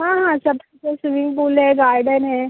हाँ हाँ सब कुछ है स्विमिंग पूल है गार्डन है